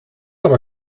aber